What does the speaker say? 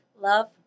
Love